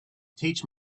teach